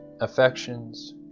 affections